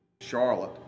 Charlotte